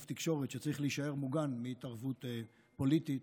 תקשורת שצריך להישאר מוגן מהתערבות פוליטית,